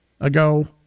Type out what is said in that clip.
ago